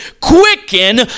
quicken